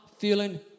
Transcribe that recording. feeling